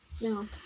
No